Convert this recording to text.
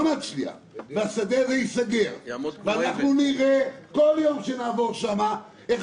השדה הזה ייסגר וכל יום שנעבור שם נראה איך